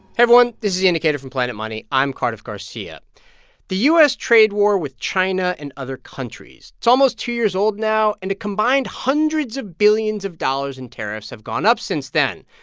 everyone. this is the indicator from planet money. i'm cardiff garcia the u s. trade war with china and other countries it's almost two years old now, and a combined hundreds of billions of dollars in tariffs have gone up since then.